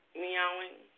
meowing